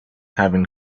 having